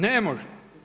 Ne može.